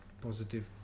positive